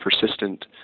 persistent